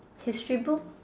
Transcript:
history book